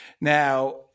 Now